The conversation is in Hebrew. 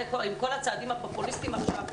עם כל הצעדים הפופוליסטים עכשיו,